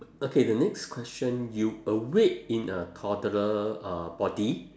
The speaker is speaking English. okay the next question you awake in a toddler uh body